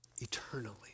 eternally